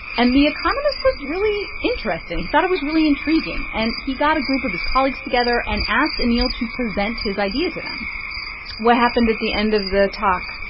and the economist was really interested. he thought it was really intriguing, and he got a group of his colleagues together and asked anil to present his idea to them what happened at the end of the talk?